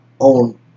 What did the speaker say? own